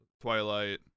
twilight